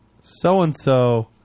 so-and-so